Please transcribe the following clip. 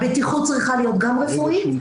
הבטיחות צריכה להיות גם רפואית,